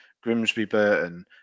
Grimsby-Burton